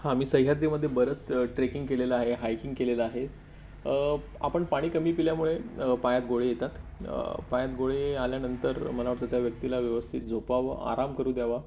हा मी सह्याद्रीमधे बरंच ट्रेकिंग केलेलं आहे हायकिंग केलेलं आहे आपण पाणी कमी पिल्यामुळे पायात गोळे येतात पायात गोळे आल्यानंतर मला वाटतं त्या व्यक्तीला व्यवस्थित झोपवावं आराम करू द्यावा